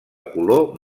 color